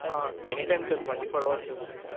any time sir twenty four hours service